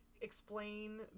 explain